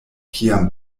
kiam